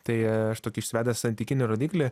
tai aš tokį išsivedęs santykinį rodiklį